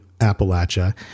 Appalachia